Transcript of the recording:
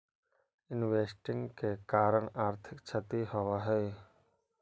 investing के कारण आर्थिक क्षति होवऽ हई